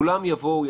כולם יבואו,